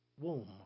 Womb